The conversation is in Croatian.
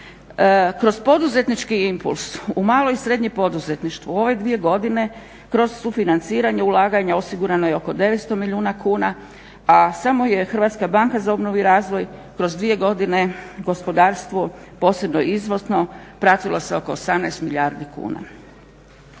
Kroz poduzetnički impuls u malo i srednje poduzetništvu u ove dvije godine kroz sufinanciranje ulaganja osigurano je oko 900 milijuna kuna, a samo je Hrvatska banka za obnovu i razvoj kroz dvije godine gospodarstvo posebno izvozno pratilo sa oko 18 milijardi kuna.